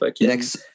next